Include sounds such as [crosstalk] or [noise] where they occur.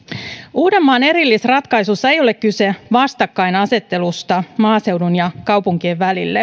uudenmaan erillisratkaisussa ei ole kyse vastakkainasettelusta maaseudun ja kaupunkien välillä [unintelligible]